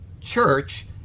church